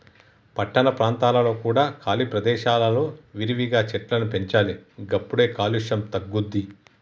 పట్టణ ప్రాంతాలలో కూడా ఖాళీ ప్రదేశాలలో విరివిగా చెట్లను పెంచాలి గప్పుడే కాలుష్యం తగ్గుద్ది